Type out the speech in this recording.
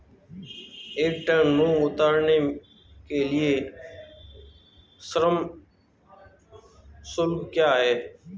एक टन मूंग उतारने के लिए श्रम शुल्क क्या है?